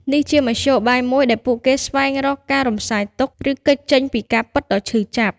នេះជាមធ្យោបាយមួយដែលពួកគេស្វែងរកការរំសាយទុក្ខ ឬគេចចេញពីការពិតដ៏ឈឺចាប់។